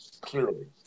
clearly